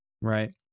right